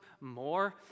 more